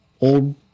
old